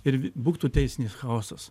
ir būtų teisinis chaosas